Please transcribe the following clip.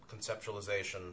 conceptualization